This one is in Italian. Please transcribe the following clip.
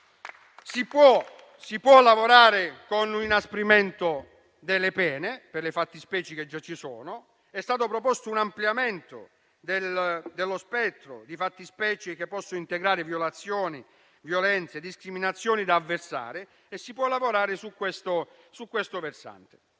Si può lavorare con l'inasprimento delle pene per le fattispecie già previste; è stato proposto un ampliamento dello spettro di fattispecie che possono integrare violazioni, violenze, discriminazioni da avversare e si può lavorare su questo versante.